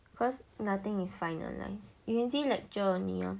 cause nothing is finalise you can see lecture only lor